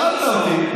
שאלת אותי,